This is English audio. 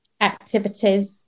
activities